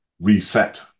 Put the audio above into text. reset